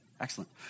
excellent